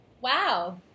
wow